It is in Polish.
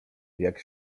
jak